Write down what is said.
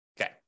Okay